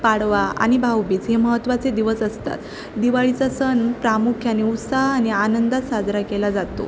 पाडवा आणि भाऊबीज हे महत्त्वाचे दिवस असतात दिवाळीचा सण प्रामुख्याने उत्साह आणि आनंदात साजरा केला जातो